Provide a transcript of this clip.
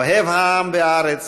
אוהב העם והארץ,